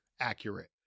accurate